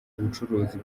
ubucuruzi